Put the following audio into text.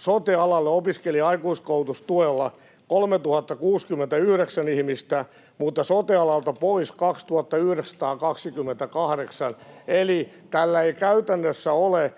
sote-alalle opiskeli aikuiskoulutustuella 3 069 ihmistä mutta sote-alalta siirtyi pois 2 928, eli tällä ei käytännössä ole